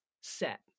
set